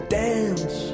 dance